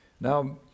Now